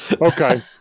okay